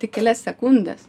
tik kelias sekundes